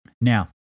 Now